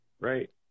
right